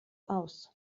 aus